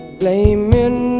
blaming